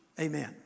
Amen